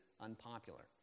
unpopular